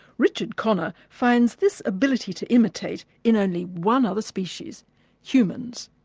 richard connor finds this ability to imitate in only one other species humans.